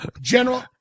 General